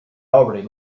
already